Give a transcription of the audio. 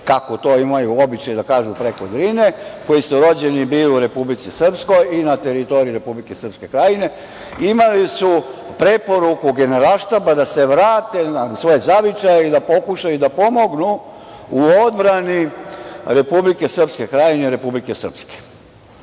kako to imaju običaj da kažu, preko Drine, koji su rođeni u Republici Srpskoj i na teritoriji Republike Srpske Krajine, imali su preporuku Generalštaba da se vrate u svoj zavičaj i da pokušaju da pomognu u odbrani Republike Srpske Krajine i Republike Srpske.